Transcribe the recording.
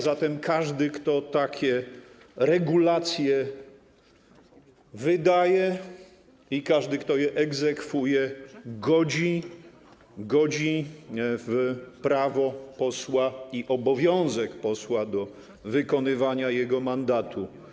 Zatem każdy, kto takie regulacje wydaje, i każdy, kto je egzekwuje, godzi w obowiązek i prawo posła do wykonywania jego mandatu.